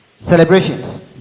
celebrations